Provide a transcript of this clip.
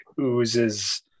oozes